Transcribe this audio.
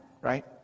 right